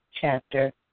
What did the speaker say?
chapter